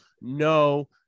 no